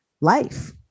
life